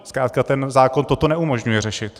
Zkrátka ten zákon toto neumožňuje řešit.